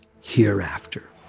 hereafter